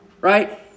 right